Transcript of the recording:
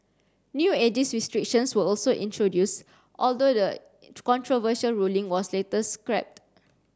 new ageist restrictions were also introduced although the controversial ruling was later scrapped